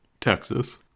Texas